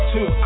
Two